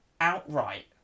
outright